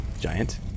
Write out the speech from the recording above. giant